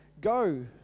go